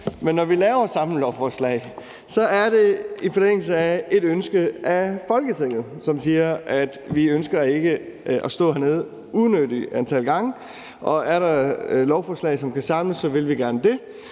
Men når vi laver samlelovforslag, er det i forlængelse af et ønske fra Folketinget, som siger: Vi ønsker ikke at stå hernede et unyttigt antal gange, og er der lovforslag, som kan samles, vil vi gerne have